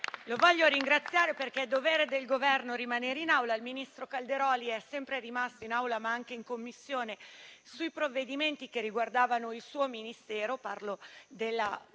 Lo voglio ringraziare perché è dovere del Governo rimanere in Aula e il ministro Calderoli è sempre rimasto in Aula, ma anche in Commissione, sui provvedimenti che riguardavano il suo Ministero: mi riferisco